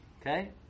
Okay